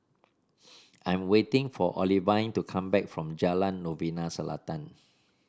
I'm waiting for Olivine to come back from Jalan Novena Selatan